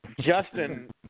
Justin